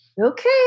okay